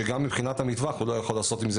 שגם מבחינת המטווח הוא לא יכול עם זה